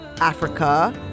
Africa